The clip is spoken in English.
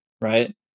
Right